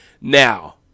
Now